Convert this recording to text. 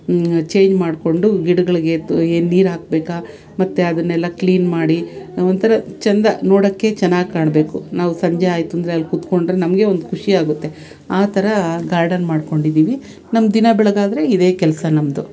change ಮಾಡ್ಕೊಂಡು ಗಿಡ್ಗಳಿಗೆ ಎದ್ದು ಏನು ನೀರು ಹಾಕಬೇಕಾ ಮತ್ತು ಅದನ್ನೆಲ್ಲ ಕ್ಲೀನ್ ಮಾಡಿ ಒಂಥರ ಚೆಂದ ನೋಡೋಕ್ಕೆ ಚೆನ್ನಾಗಿ ಕಾಣಬೇಕು ನಾವು ಸಂಜೆ ಆಯ್ತು ಅಂದರೆ ಅಲ್ಲಿ ಕೂತ್ಕೊಂಡ್ರೆ ನಮ್ಗೆ ಒಂದು ಖುಷಿ ಆಗುತ್ತೆ ಆ ಥರ ಗಾರ್ಡನ್ ಮಾಡ್ಕೊಂಡಿದ್ದೀವಿ ನಮ್ಮ ದಿನ ಬೆಳಗಾದ್ರೆ ಇದೇ ಕೆಲಸ ನಮ್ದು